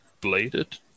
bladed